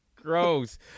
Gross